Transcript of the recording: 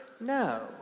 no